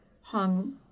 hung